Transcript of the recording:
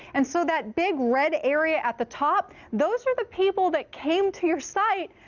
and so that big red area at the top, those are the people that came to your site.